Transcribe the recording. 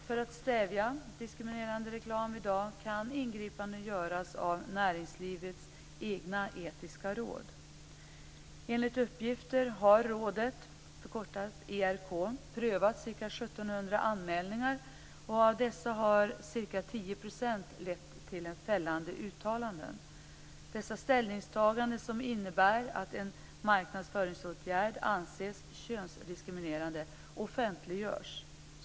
För att stävja diskriminerande reklam i dag kan ingripanden göras av näringslivets egna etiska råd. Enligt uppgifter har rådet, ERK, prövat ca 1 700 anmälningar. Av dessa har ca 10 % lett till fällande uttalanden. Dessa ställningstaganden, som innebär att en marknadsföringsåtgärd anses könsdiskriminerande, offentliggörs.